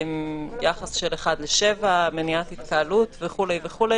יחס של אחד לשבע, מניעת התקהלות וכו' וכו'.